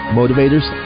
motivators